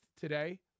today